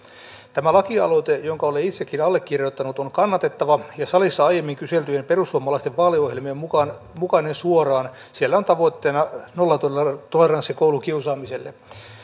tämä lakialoite jonka olen itsekin allekirjoittanut on kannatettava ja salissa aiemmin kyseltyjen perussuomalaisten vaaliohjelmien mukainen suoraan siellä on tavoitteena nollatoleranssi koulukiusaamiselle